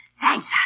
Thanks